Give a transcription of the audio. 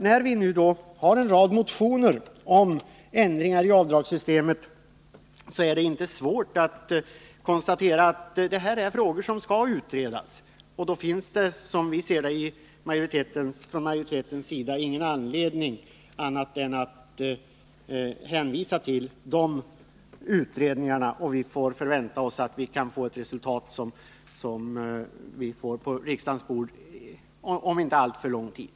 När vi nu har en rad motioner om ändringar i avdragssystemet är det inte svårt att konstatera att det är frågor som skall utredas. Då finns det, som majoriteten ser det, inte anledning att göra annat än hänvisa till utredningarna. Vi väntar oss att få resultaten av dem på riksdagens bord om inte alltför lång tid.